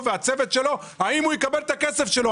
והצוות שלו האם הוא יקבל את הכסף שלו,